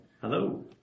Hello